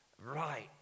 right